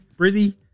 Brizzy